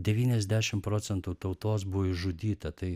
devyniasdešim procentų tautos buvo išžudyta tai